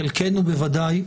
חלקנו בוודאי,